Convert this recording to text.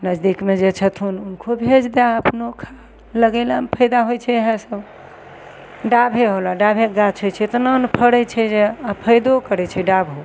नजदीकमे जे छथुन हुनको भेजि दै अपनो खा लगेलामे फायदा होइ छै इएहसब डाभे होलऽ डाभेके गाछ होइ छै एतना ने फड़ै छै जे आओर फायदो करै छै डाभ